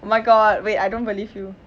oh my god wait I don't believe you